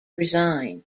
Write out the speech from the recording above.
resign